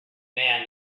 man